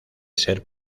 ser